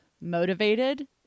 motivated